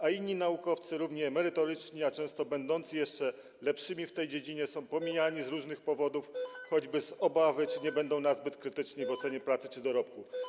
A inni naukowcy, równie merytoryczni, a często będący jeszcze lepszymi w tej dziedzinie, są pomijani z różnych powodów, choćby z obawy, czy nie będą nazbyt krytyczni w ocenie pracy czy dorobku.